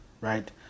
right